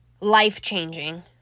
life-changing